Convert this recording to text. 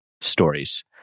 stories